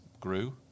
grew